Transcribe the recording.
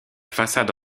façade